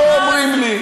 לא אומרים לי.